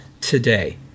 today